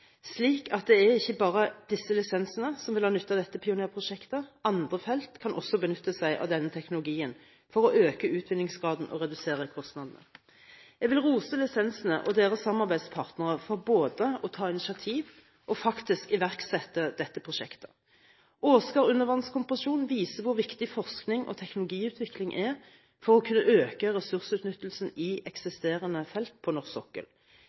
det er ikke bare disse lisensene som vil ha nytte av dette pionerprosjektet; andre felt kan også benytte seg av denne teknologien for å øke utvinningsgraden og redusere kostnadene. Jeg vil gi ros når det gjelder lisensene og samarbeidspartnere for å ta initiativ og faktisk iverksette dette prosjektet. Åsgard undervannskompresjon viser hvor viktig forskning og teknologiutvikling er for å kunne øke ressursutnyttelsen i eksisterende felt på norsk sokkel.